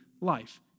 life